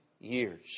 years